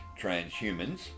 transhumans